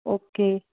okay